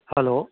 hello